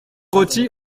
roty